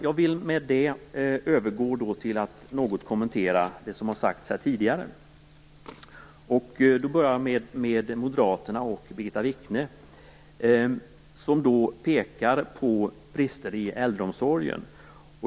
Jag vill med detta övergå till att något kommentera det som har sagts här tidigare. Jag börjar då med moderaterna och Birgitta Wichne, som pekar på brister i äldreomsorgen.